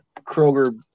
Kroger